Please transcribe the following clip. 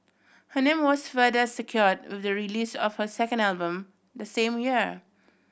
her name was further secured with the release of her second album the same year